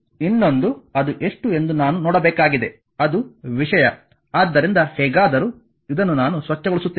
ಇನ್ನೊಂದು ಅದು ಎಷ್ಟು ಎಂದು ನಾನು ನೋಡಬೇಕಾಗಿದೆ ಅದು ವಿಷಯ ಆದ್ದರಿಂದ ಹೇಗಾದರೂ ಇದನ್ನು ನಾನು ಸ್ವಚ್ಛಗೊಳಿಸುತ್ತೇನೆ